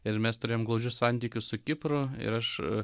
ir mes turėjom glaudžius santykius su kipru ir aš